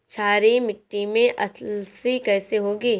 क्षारीय मिट्टी में अलसी कैसे होगी?